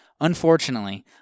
Unfortunately